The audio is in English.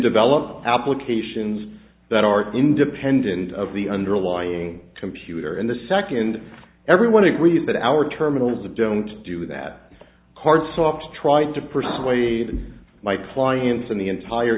develop applications that are independent of the underlying computer and the second everyone agrees that our terminals of don't do that hard stop trying to persuade my clients and the entire